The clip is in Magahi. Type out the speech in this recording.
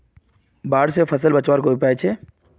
बाढ़ से फसल बचवार कोई उपाय छे?